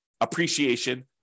appreciation